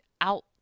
out